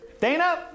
Dana